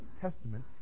Testament